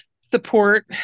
support